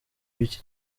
w’iki